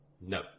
No